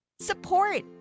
Support